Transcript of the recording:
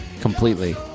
completely